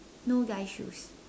no guy shoes